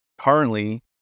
currently